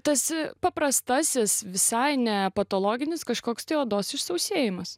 tas paprastasis visai ne patologinis kažkoks tai odos išsausėjimas